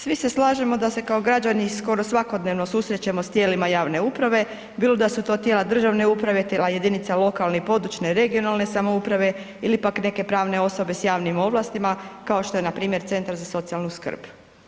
Svi se slažemo da se kao građani skoro svakodnevno susrećemo s tijelima javne uprave, bilo da su to tijela državne uprave, tijela jedinica lokalne i područne (regionalne) samouprave ili pak neke pravne osobe s javnim ovlastima kao što je npr. centar za socijalnu skrb.